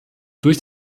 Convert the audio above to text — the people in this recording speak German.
durch